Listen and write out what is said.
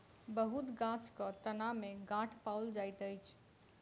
बहुत गाछक तना में गांठ पाओल जाइत अछि